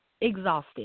exhausted